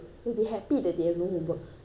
that boy wanted to go back to school